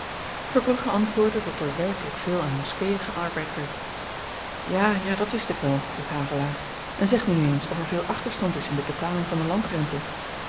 verbrugge antwoordde dat er werkelyk veel aan moskeën gearbeid werd ja ja dat wist ik wel riep havelaar en zeg me nu eens of er veel achterstand is in de betaling van de